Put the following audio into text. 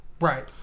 Right